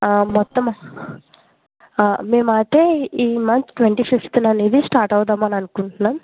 మొత్తం మేము అయితే ఈ మంత్ ట్వంటీ ఫిఫ్త్ అనేది స్టార్ట్ అవుదాం అని అనుకుంటున్నాం